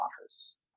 office